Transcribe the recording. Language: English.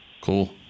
cool